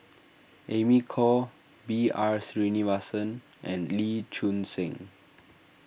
Amy Khor B R Sreenivasan and Lee Choon Seng